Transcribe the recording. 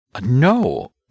No